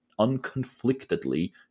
unconflictedly